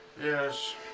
Yes